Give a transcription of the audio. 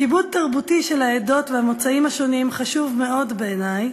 כיבוד תרבותי של העדות והמוצאים השונים חשוב מאוד בעיני,